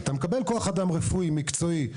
אתה מקבל כוח אדם רפואי מקצועי,